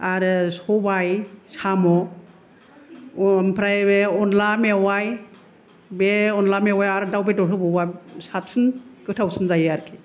आरो सबाय साम' ओमफ्राय बे अनला मेवाइ बे अनला मेवाइयाव आरो दाव बेदर होबावोबा साबसिन गोथावसिन जायो आरोखि